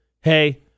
Hey